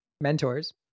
mentors